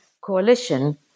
coalition